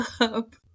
up